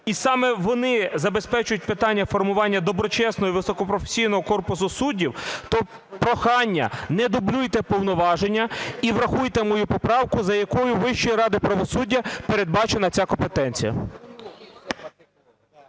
і саме вони забезпечують питання формування доброчесного і високопрофесійного корпусу суддів, то прохання: не дублюйте повноваження і врахуйте мою поправку, за якою Вищою радою правосуддя передбачена ця компетенція.